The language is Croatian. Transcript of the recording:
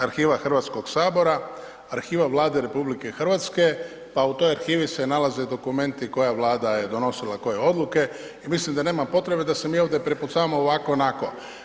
Arhiva HS-a, arhiva Vlade RH pa u toj arhivi se nalaze dokumenti koja Vlada je donosila koje odluke i mislim da nema potrebe da se mi ovdje prepucavamo ovako-onako.